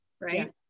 right